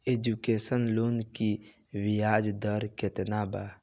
Education loan की ब्याज दर केतना बा?